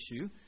issue